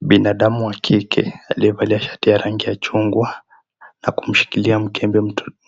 Binadamu wa kike aliyevalia shati ya rangi ya chungwa na kumshikilia mkebe